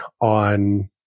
on